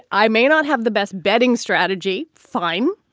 i may not have the best betting strategy. fine.